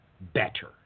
better